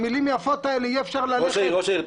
ראש-העיר,